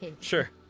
Sure